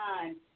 time